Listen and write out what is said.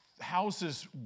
Houses